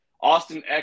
Austin